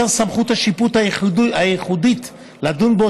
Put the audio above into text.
ואשר סמכות השיפוט הייחודית לדון בו